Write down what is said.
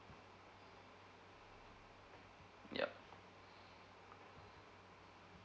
yup